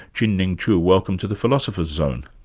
chin-ning chu, welcome to the philosopher's zone.